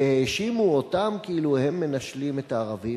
והאשימו אותם כאילו הם מנשלים את הערבים.